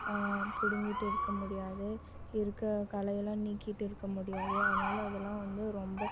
பிடுங்கிட்டு இருக்க முடியாது இருக்கிற களையெல்லாம் நீக்கிட்டு இருக்க முடியாது அதனால அதெல்லாம் வந்து ரொம்ப